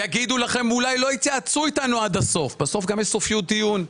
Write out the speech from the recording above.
יגידו לכם אולי לא התייעצו איתנו עד הסוף בסוף גם יש סופיות דיון.